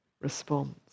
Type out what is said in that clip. response